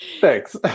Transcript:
Thanks